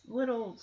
little